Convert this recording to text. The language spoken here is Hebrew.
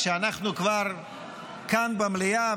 כשאנחנו כבר כאן במליאה,